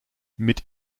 mit